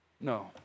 No